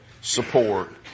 support